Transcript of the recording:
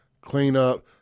cleanup